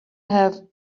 have